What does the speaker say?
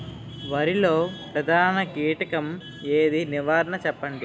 వరిలో ప్రధాన కీటకం ఏది? నివారణ చెప్పండి?